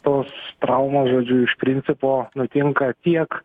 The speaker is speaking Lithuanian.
tos traumos žodžiu iš principo nutinka tiek